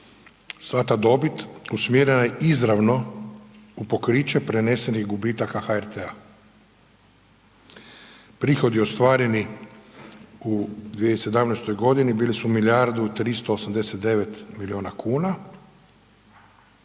Sva ta dobit usmjerena je izravno u pokriće prenesenih gubitaka HRT-a. Prihodi ostvareni u 2017. godinu bili su milijardu 389 milijuna kuna